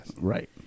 Right